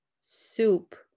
soup